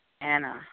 Anna